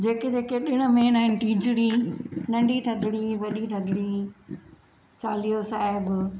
जेके जेके ॾिणु मेन आहिनि तिजिड़ी नंढी थधिड़ी वॾी थधिड़ी चालीहो साहिबु